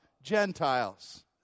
Gentiles